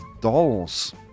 dolls